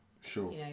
Sure